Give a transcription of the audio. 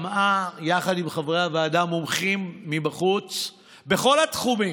שמעה יחד עם חברי הוועדה מומחים מבחוץ בכל התחומים,